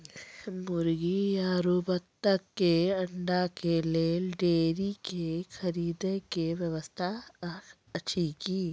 मुर्गी आरु बत्तक के अंडा के लेल डेयरी के खरीदे के व्यवस्था अछि कि?